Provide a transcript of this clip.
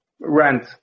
rent